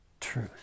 truth